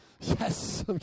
Yes